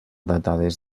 datades